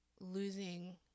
losing